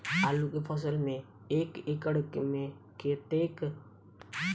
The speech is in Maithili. आलु केँ फसल मे एक एकड़ मे कतेक डी.ए.पी केँ इस्तेमाल कैल जाए?